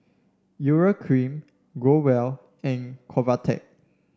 Urea Cream Growell and Convatec